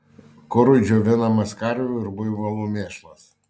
kurui džiovinamas karvių ir buivolų mėšlas